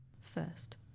First